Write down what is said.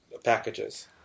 packages